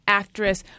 actress